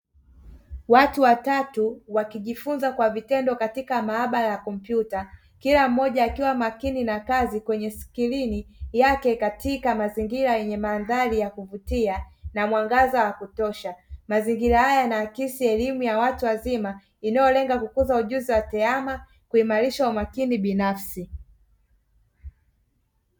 Watu watatu wakijifunza kwa vitendo katika maabara ya kompyuta, kila mmoja akiwa makini na kazi kwenye skrini yake katika mazingira yenye mandhari ya kuvutia na mwanga wa kutosha. Mazingira haya yanaakisi elimu ya watu wazima inayolenga kukuza ujuzi wa tehama, kuimarisha ujuzi binafsi.